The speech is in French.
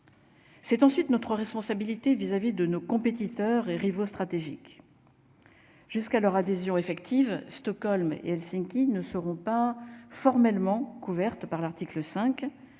C'est ensuite notre responsabilité vis-à-vis de nos compétiteurs et rivaux stratégique jusqu'à leur adhésion effective, Stockholm et Helsinki ne seront pas formellement couverte par l'article 5